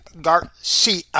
Garcia